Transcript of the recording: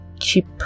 cheap